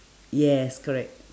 yes correct